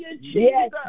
Yes